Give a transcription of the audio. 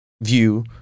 view